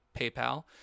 PayPal